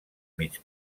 mig